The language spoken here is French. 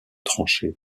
tranchée